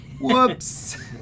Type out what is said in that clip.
Whoops